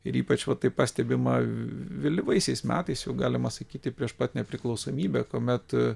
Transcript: ir ypač va tai pastebima vėlyvaisiais metais jau galima sakyti prieš pat nepriklausomybę kuomet